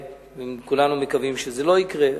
כולנו מקווים שזה לא יקרה,